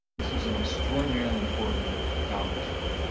this was an extraordinarily important accomplishment.